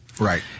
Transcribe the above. Right